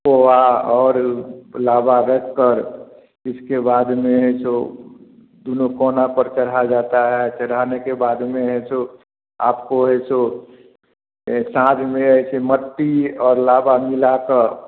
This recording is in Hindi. खोवा और लावा रखकर इसके बाद में जो दोनों कोना पर चढ़ाया जाता है चढ़ाने के बाद में है सो आपको है सो एक साथ में ऐसे मिट्टी और लावा मिलाकर